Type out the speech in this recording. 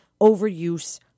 overuse